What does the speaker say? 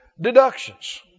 deductions